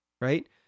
right